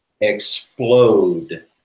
explode